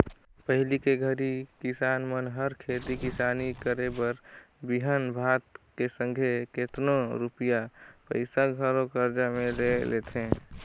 पहिली के घरी किसान मन हर खेती किसानी करे बर बीहन भात के संघे केतनो रूपिया पइसा घलो करजा में ले लेथें